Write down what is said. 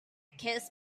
kiss